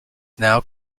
now